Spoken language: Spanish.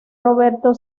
roberto